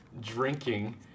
drinking